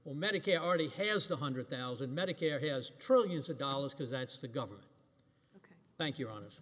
or medicare already has one hundred thousand medicare has trillions of dollars because that's the government thank you ron